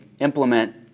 implement